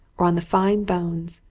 or on the fine bones,